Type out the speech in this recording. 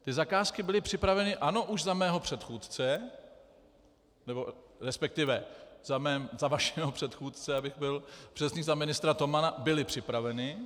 Ty zakázky byly připraveny, ano, už za mého předchůdce, resp. za vašeho předchůdce, abych byl přesný, za ministra Tomana byly připraveny.